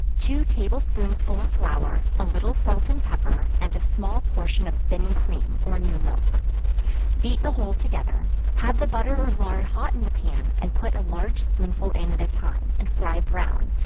two table-spoonsful of flour, a little salt and pepper, and a small portion of thin cream, or new milk beat the whole together have the butter or lard hot in the pan, and put a large spoonful in at a time, and fry brown,